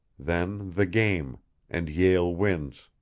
then the game and yale wins.